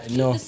no